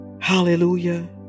Hallelujah